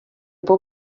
por